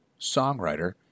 songwriter